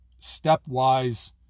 stepwise